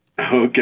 Okay